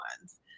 ones